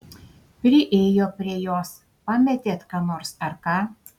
priėjo prie jos pametėt ką nors ar ką